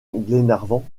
glenarvan